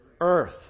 Earth